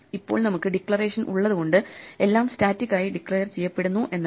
ഇപ്പോൾ നമുക്ക് ഡിക്ലറേഷൻ ഉള്ളതുകൊണ്ട് എല്ലാം സ്റ്റാറ്റിക്ക് ആയി ഡിക്ലയർ ചെയ്യപ്പെടുന്നു എന്നല്ല